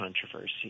controversy